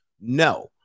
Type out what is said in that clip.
no